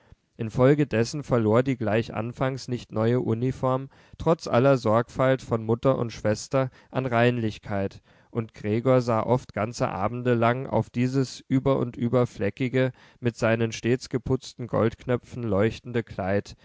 infolgedessen verlor die gleich anfangs nicht neue uniform trotz aller sorgfalt von mutter und schwester an reinlichkeit und gregor sah oft ganze abende lang auf dieses über und über fleckige mit seinen stets geputzten goldknöpfen leuchtende kleid